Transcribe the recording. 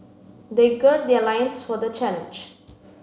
they gird their lions for the challenge